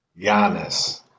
Giannis